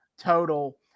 total